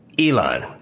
Elon